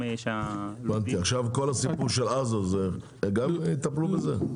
הבנתי עכשיו כל הסיפור של עזה גם יטפלו בזה?